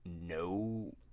no